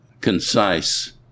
concise